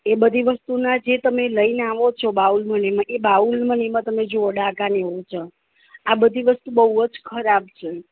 એ બધી વસ્તુને આ જે તમે લઈને આવો છો બાઉલમાં ને એમાં એ બાઉલમાં ને એમાં તમે જુઓ ડાઘા ને એવું છે આ બધી વસ્તુ બહુ જ ખરાબ છે